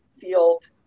field